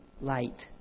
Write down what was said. light